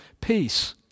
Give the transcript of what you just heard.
peace